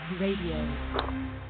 Radio